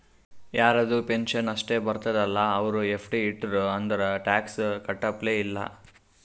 ಯಾರದು ಪೆನ್ಷನ್ ಅಷ್ಟೇ ಬರ್ತುದ ಅಲ್ಲಾ ಅವ್ರು ಎಫ್.ಡಿ ಇಟ್ಟಿರು ಅಂದುರ್ ಟ್ಯಾಕ್ಸ್ ಕಟ್ಟಪ್ಲೆ ಇಲ್ಲ